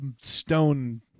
stone